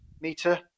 meter